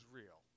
real